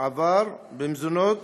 עבר במזונות